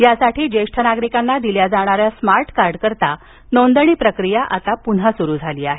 त्यासाठी ज्येष्ठ नागरिकांना दिल्या जाणाऱ्या स्मार्ट कार्डकरता नोंदणी प्रक्रिया प्न्हा सुरु झाली आहे